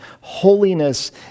Holiness